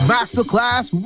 Masterclass